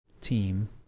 team